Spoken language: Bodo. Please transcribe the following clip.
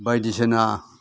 बायदिसिना